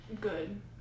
Good